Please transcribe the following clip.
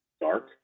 dark